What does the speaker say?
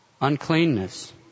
uncleanness